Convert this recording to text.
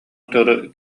утары